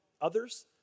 others